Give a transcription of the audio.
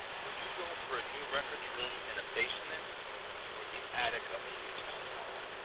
would you go for a new records room in a basement or the attic of a new town hall,